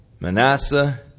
Manasseh